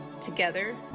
Together